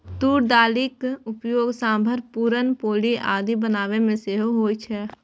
तूर दालिक उपयोग सांभर, पुरन पोली आदि बनाबै मे सेहो होइ छै